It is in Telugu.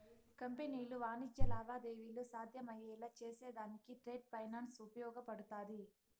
కంపెనీలు వాణిజ్య లావాదేవీలు సాధ్యమయ్యేలా చేసేదానికి ట్రేడ్ ఫైనాన్స్ ఉపయోగపడతాది